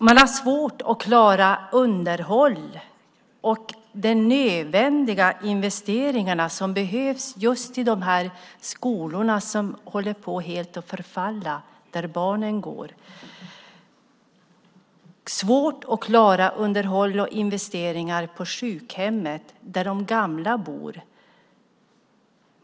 Man har svårt att klara underhåll och nödvändiga investeringar för skolorna som håller på att förfalla. Man har svårt att klara underhåll och investeringar för sjukhemmet där de gamla bor.